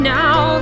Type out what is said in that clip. now